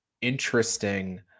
interesting